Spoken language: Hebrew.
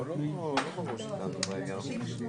רוב הדיונים אצלך נגמרים כך.